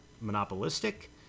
monopolistic